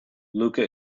lucca